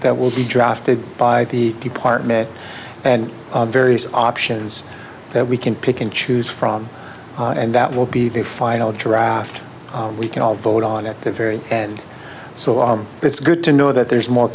that will be drafted by the department and various options that we can pick and choose from and that will be the final draft we can all vote on at the ferry and so on it's good to know that there's more